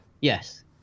Yes